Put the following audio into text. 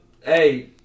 Hey